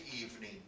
evening